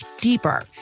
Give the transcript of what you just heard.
deeper